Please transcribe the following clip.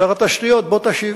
שר התשתיות, בוא ותשיב.